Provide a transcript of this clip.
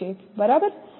બરાબર